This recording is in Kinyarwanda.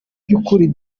by’ukuri